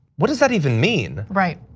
what does that even mean? right?